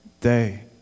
day